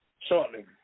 shortly